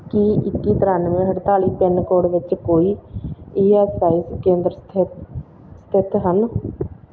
ਕੀ ਇੱਕੀ ਤਰਾਨਵੇਂ ਅਠਤਾਲੀ ਪਿਨਕੋਡ ਵਿੱਚ ਕੋਈ ਈ ਐਸ ਆਈ ਸੀ ਕੇਂਦਰ ਸਥਿ ਸਥਿਤ ਹਨ